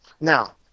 Now